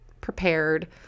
prepared